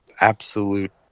absolute